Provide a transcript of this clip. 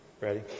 Ready